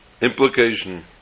implication